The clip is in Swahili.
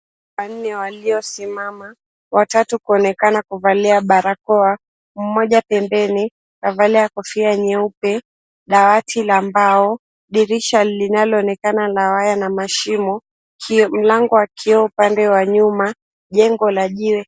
Wanne waliosimama, watatu kuonekana kuvalia barakoa, mmoja pembeni kavalia kofia nyeupe, dawati la mbao, dirisha linaloonekana na waya na mashimo, mlango wa kioo upande wa nyuma, jengo la jiwe.